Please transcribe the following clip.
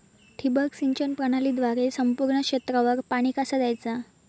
ठिबक सिंचन प्रणालीद्वारे संपूर्ण क्षेत्रावर पाणी कसा दयाचा?